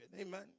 Amen